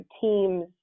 teams